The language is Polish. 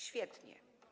Świetnie.